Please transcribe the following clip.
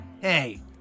hey